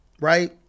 right